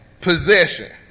possession